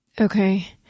Okay